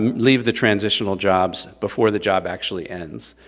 um leave the transitional jobs before the job actually ends.